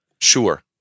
Sure